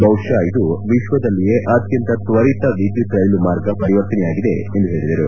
ಬಹುಶಃ ಇದು ವಿಶ್ವದಲ್ಲಿಯೇ ಅತ್ಯಂತ ತ್ವರಿತವಾಗಿ ವಿದ್ಯುತ್ ರೈಲು ಮಾರ್ಗ ಪರಿವರ್ತನೆಯಾಗಿದೆ ಎಂದು ಹೇಳಿದರು